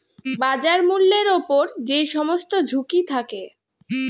বাজার মূল্যের উপর যে সমস্ত ঝুঁকি থাকে